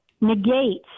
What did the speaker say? negates